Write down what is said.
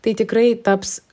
tai tikrai taps